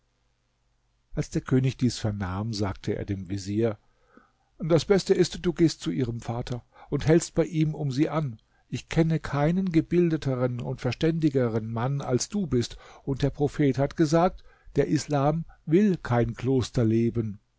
als der könig dies vernahm sagte er dem vezier das beste ist du gehst zu ihrem vater und hältst bei ihm um sie an ich kenne keinen gebildeteren und verständiger mann als du bist und der prophet hat gesagt der islam will kein